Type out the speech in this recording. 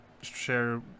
share